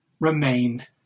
remained